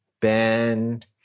Bend